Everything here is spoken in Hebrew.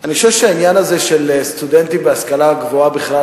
אני חושב שהעניין הזה של סטודנטים והשכלה הגבוהה בכלל,